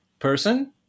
Person